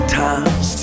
times